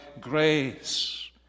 grace